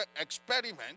experiment